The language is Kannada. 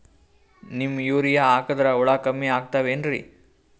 ನೀಮ್ ಯೂರಿಯ ಹಾಕದ್ರ ಹುಳ ಕಮ್ಮಿ ಆಗತಾವೇನರಿ?